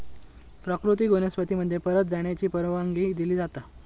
प्राकृतिक वनस्पती मध्ये परत जाण्याची परवानगी दिली जाता